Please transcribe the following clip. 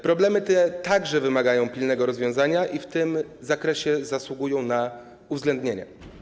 Problemy te także wymagają pilnego rozwiązania i w tym zakresie zasługują na uwzględnienie.